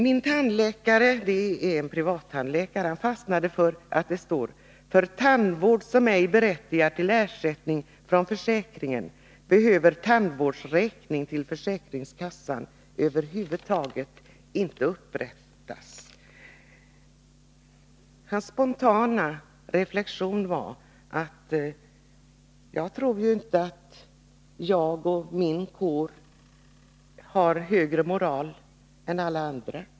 Min tandläkare — som är en privattandläkare — fastnade för att det står: ”För tandvård som ej berättigar till ersättning från försäkringen behöver tandvårdsräkning till försäkringskassan över huvud taget inte upprättas.” Hans spontana reflexion var: Jag tror inte att jag och min kår har högre moral än alla andra.